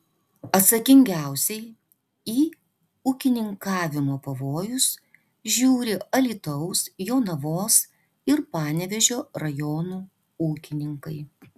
atsakingiausiai į ūkininkavimo pavojus žiūri alytaus jonavos ir panevėžio rajonų ūkininkai